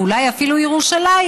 ואולי אפילו ירושלים,